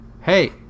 hey